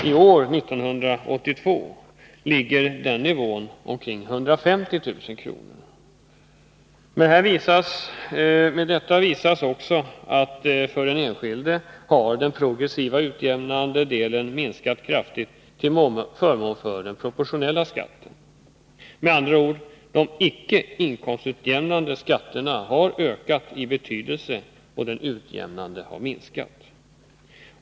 I år, 1982, ligger denna på omkring 150 000 kr. Med detta visas också att den progressiva, utjämnande delen för den enskilde kraftigt har minskat till förmån för den proportionella skatten. Med andra ord: De icke inkomstutjämnande skatterna har ökat i betydelse och den utjämnande minskat.